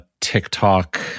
TikTok